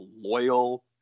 loyal